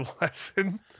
lesson